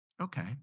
Okay